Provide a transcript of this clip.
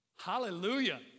Hallelujah